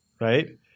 right